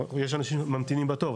יש אנשים ממתינים בתור,